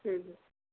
ठीक है